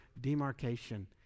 demarcation